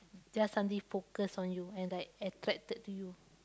just suddenly focus on you and like attracted to you